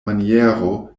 maniero